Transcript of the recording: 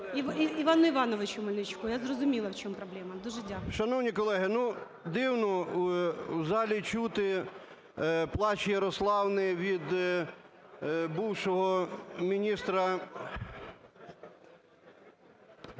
Івану Івановичу Мельничуку. Я зрозуміла, в чому проблема. Дуже дякую.